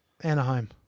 Anaheim